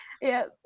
Yes